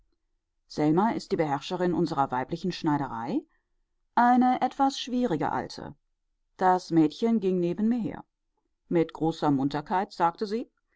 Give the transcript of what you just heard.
selma ist die beherrscherin unserer weiblichen schneiderei eine etwas schwierige alte das mädchen ging neben mir her mit großer munterkeit sagte sie